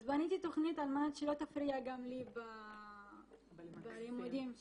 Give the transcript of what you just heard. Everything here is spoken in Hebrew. אז בניתי תכנית על מנת שלא תפריע גם לי בלימודים שלי.